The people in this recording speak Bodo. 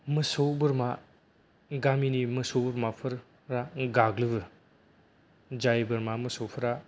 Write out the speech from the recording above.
मोसौ बोरमा गामिनि मोसौ बोरमाफोरा गाग्लोबो जाय बोरमा मोसौफोरा